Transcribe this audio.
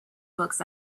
books